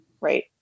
right